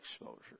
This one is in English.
exposure